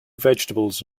vegetables